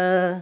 ओ